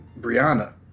Brianna